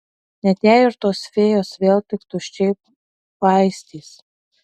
net jei ir tos fėjos vėl tik tuščiai paistys